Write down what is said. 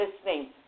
listening